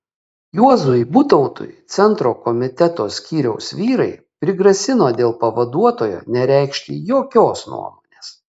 juozui butautui centro komiteto skyriaus vyrai prigrasino dėl pavaduotojo nereikšti jokios nuomonės